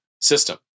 system